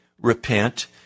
repent